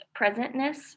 presentness